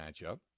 matchup